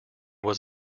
was